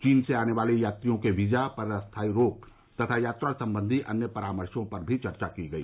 चीन से आने वाले यात्रियों के वीजा पर अस्थायी रोक तथा यात्रा सम्बन्धी अन्य परामर्शो पर भी चर्चा की गई